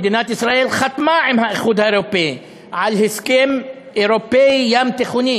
מדינת ישראל חתמה עם האיחוד האירופי על הסכם אירופי ים-תיכוני